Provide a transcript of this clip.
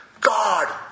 God